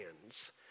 hands